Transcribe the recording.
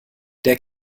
der